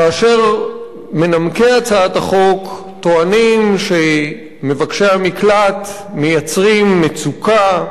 כאשר מנמקי הצעת החוק טוענים שמבקשי המקלט מייצרים מצוקה,